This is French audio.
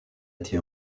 été